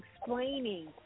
explaining